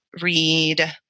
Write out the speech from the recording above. read